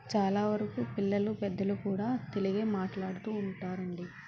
చాలావరకు పిల్లలు పెద్దలు కూడా తెలుగే మాట్లాడుతూ ఉంటారండి